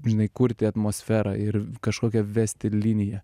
žinai kurti atmosferą ir kažkokią vesti liniją